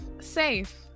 safe